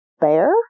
bear